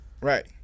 Right